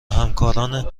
همکاران